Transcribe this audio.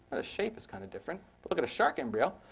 the shape is kind of different. but look at a shark embryo.